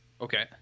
Okay